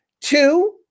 Two